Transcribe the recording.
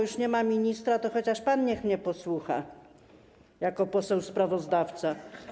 Już nie ma ministra, więc chociaż pan niech mnie posłucha jako poseł sprawozdawca.